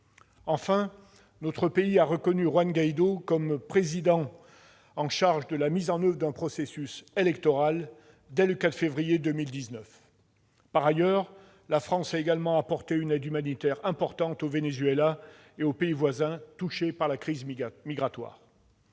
Enfin, notre pays a reconnu Juan Guaidó comme « président en charge » pour mettre en oeuvre un processus électoral dès le 4 février 2019. Par ailleurs, la France a apporté une aide humanitaire importante au Venezuela et aux pays voisins touchés par la crise migratoire.